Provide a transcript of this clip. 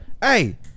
hey